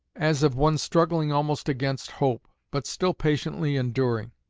as of one struggling almost against hope, but still patiently enduring.